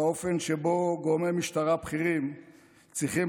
באופן שבו גורמי משטרה בכירים צריכים